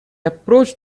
approached